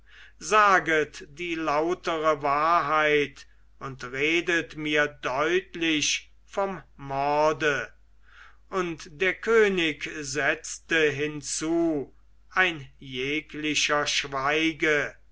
saget die lautere wahrheit und redet mir deutlich vom morde und der könig setzte hinzu ein jeglicher schweige